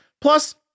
Plus